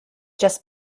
just